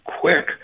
quick